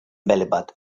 bällebad